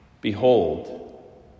behold